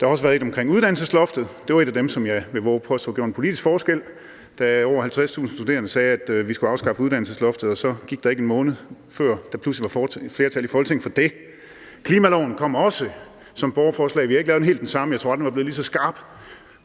Der har også været et omkring uddannelsesloftet, og det var et af dem, som jeg vil vove at påstå gjorde en politisk forskel – da over 50.000 studerende sagde, at vi skulle afskaffe uddannelsesloftet. Og så gik der ikke en måned, før der pludselig var flertal i Folketinget for det. Klimaloven kom også på baggrund af et borgerforslag. Vi har ikke lavet helt det samme, men jeg tror aldrig, den var blevet lige så skarp